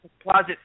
Closet